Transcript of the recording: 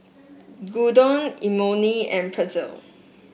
Gyudon Imoni and Pretzel